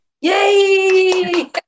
Yay